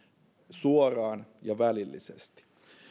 suoraan ja välillisesti